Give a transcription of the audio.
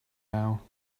now